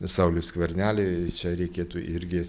sauliui skverneliui čia reikėtų irgi